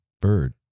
bird